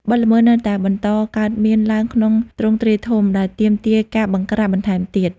បទល្មើសនៅតែបន្តកើតមានឡើងក្នុងទ្រង់ទ្រាយធំ ដែលទាមទារការបង្ក្រាបបន្ថែមទៀត។